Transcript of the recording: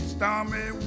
Stormy